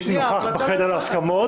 הייתי נוכח בישיבת ההסכמות.